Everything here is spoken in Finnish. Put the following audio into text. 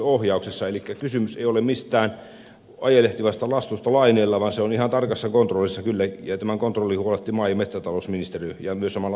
elikkä kysymys ei ole mistään ajelehtivasta lastusta laineilla vaan se on ihan tarkassa kontrollissa kyllä ja tästä kontrollista huolehtii maa ja metsätalousministeriö ja samalla se myös ohjaa toimintaa